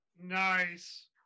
nice